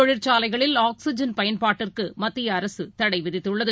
தொழிற்சாலைகளில் ஆக்ஸிஜன் பயன்பாட்டிற்குமத்தியஅரசுதடைவிதித்துள்ளது